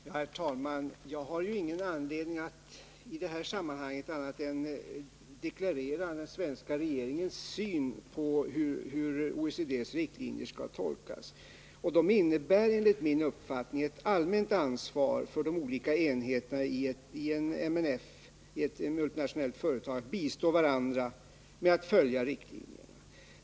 Herr talman! Jag har ingen anledning att i det här sammanhanget göra någonting annat än att deklarera den svenska regeringens syn på hur OECD:s riktlinjer skall tolkas. De innebär enligt min uppfattning ett allmänt ansvar för de olika enheterna i ett multinationellt företag att bistå varandra med att följa riktlinjerna.